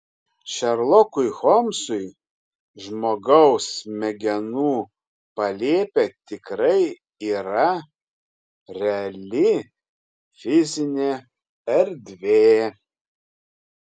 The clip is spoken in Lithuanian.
šerlokui holmsui žmogaus smegenų palėpė tikrai yra reali fizinė erdvė